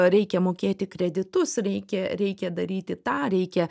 reikia mokėti kreditus reikia reikia daryti tą reikia